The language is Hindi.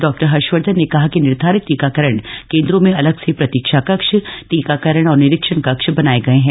डॉक्टर हर्षवर्धन ने कहा कि निर्धारित टीकाकरण केंद्रों में अलग से प्रतीक्षा कक्ष टीकाकरण और निरीक्षण कक्ष बनाए गए हैं